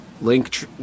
link